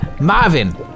Marvin